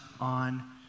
on